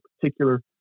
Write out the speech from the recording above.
particular